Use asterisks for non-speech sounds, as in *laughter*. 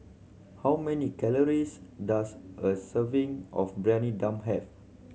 how many calories does a serving of *unintelligible* dum have